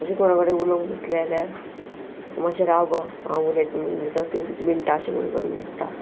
अशें कोणा कडेन उलोवंक बसलें जाल्यार मातशें राव गो हांव उलयतां बिण्टा अशें कोण करूंक नासता